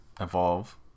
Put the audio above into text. evolve